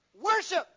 Worship